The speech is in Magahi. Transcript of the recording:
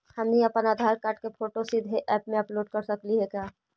हमनी अप्पन आधार कार्ड के फोटो सीधे ऐप में अपलोड कर सकली हे का?